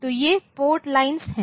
तो ये port lines हैं